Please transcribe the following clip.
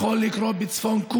זה?